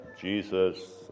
Jesus